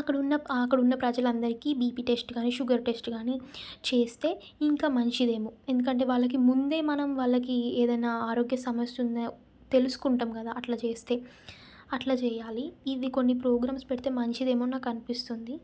అక్కడున్న అక్కడున్న ప్రజలందరికీ బీపీ టెస్ట్ కాని షుగర్ టెస్ట్ కాని చేస్తే ఇంకా మంచిదేమో ఎందుకంటే వాళ్ళకి ముందే మనము వాళ్ళకి ఏదైనా ఆరోగ్య సమస్య ఉందా తెలుసుకుంటాం కదా అట్ల చేస్తే అట్ల చేయాలి ఇవి కొన్ని ప్రోగ్రామ్స్ పెడితే మంచిదేమో నాకు అనిపిస్తుంది